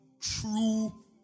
true